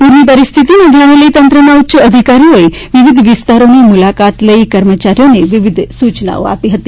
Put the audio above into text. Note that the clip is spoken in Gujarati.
પુરની પરિસ્થિતિને ધ્યાને લઈ તંત્રના ઉચ્ય અધિકારીઓએ વિવિધ વિસ્તારોની મુલાકાત લઈ કર્મચારીઓને વિવિધ સુચનાઓ આપી હતી